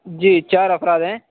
جی چار افراد ہیں